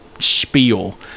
spiel